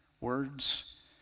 words